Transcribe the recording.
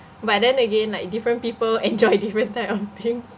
but then again like different people enjoy different type of things